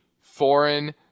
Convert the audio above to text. foreign